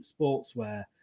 sportswear